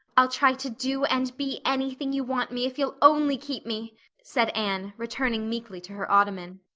i'll try to do and be anything you want me, if you'll only keep me, said anne, returning meekly to her ottoman.